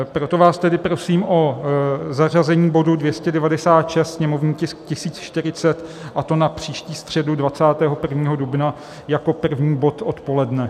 Proto vás tedy prosím o zařazení bodu 296, sněmovní tisk 1040, a to na příští středu 21. dubna jako první bod odpoledne.